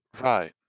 Right